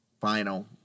final